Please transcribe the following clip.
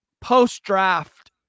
post-draft